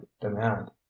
demand